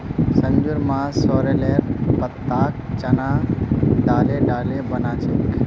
संजूर मां सॉरेलेर पत्ताक चना दाले डाले बना छेक